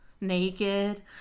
Naked